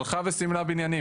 הלכה וסימנה בניינים.